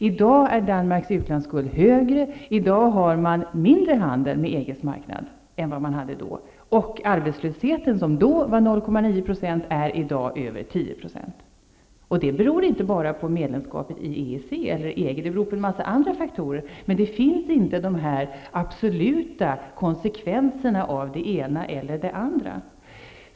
I dag är Danmarks utlandsskuld högre, i dag har man mindre handel med EG:s marknad än vad man hade då, och atbetslösheten, som då var 0,9 % är i dag över 10 %. Detta beror inte bara på medlemskapet i EEC eller EG, utan det beror också på en massa andra faktorer. Men några absoluta konsekvenser av det ena eller det andra finns inte.